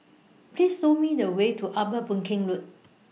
Please Show Me The Way to Upper Boon Keng Road